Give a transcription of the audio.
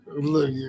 Look